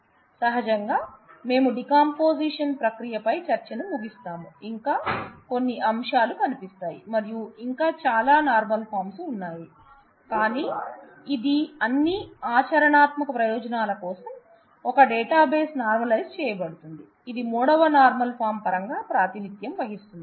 సహజంగా మేము డీకంపోజిషన్ ప్రక్రియ పై చర్చను ముగిస్తాం ఇంకా కొన్ని అంశాలు కనిపిస్తాయి మరియు ఇంకా చాలా నార్మల్ ఫార్మ్స్ పరంగా ప్రాతినిధ్యం వహిస్తుంది